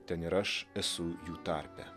ten ir aš esu jų tarpe